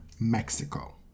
Mexico